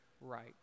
right